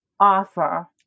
offer